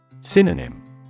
Synonym